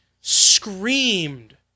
screamed